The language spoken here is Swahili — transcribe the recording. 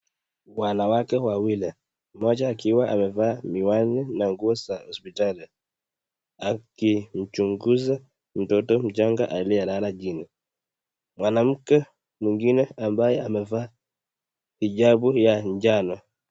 Wanawake wawili, mmoja akiwa amevaa miwani na nguo za hosiptali akimchunguza mtoto mchanga aliyelala chini, mwanamke mwingine ambaye amevaa hijabu ya njano.